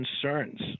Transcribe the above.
concerns